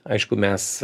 aišku mes